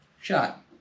shot